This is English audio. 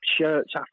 shirts